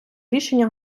рішення